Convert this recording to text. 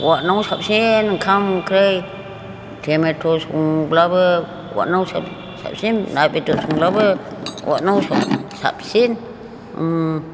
अथनावनो साबसिन ओंखाम ओंख्रै थेमेथ' संब्लाबो अथनावसो साबसिन ना बेदर संब्लाबो अथनावनो साबसिन